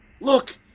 Look